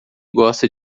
gosta